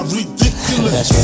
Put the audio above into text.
ridiculous